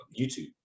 youtube